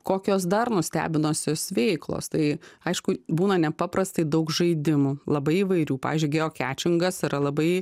kokios dar nustebinusios veiklos tai aišku būna nepaprastai daug žaidimų labai įvairių pavyzdžiui geokečingas yra labai